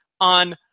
on